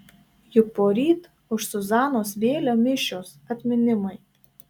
juk poryt už zuzanos vėlę mišios atminimai